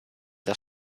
das